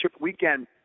weekend